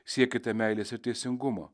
siekite meilės ir teisingumo